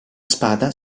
spada